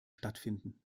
stattfinden